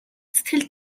сэтгэл